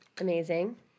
Amazing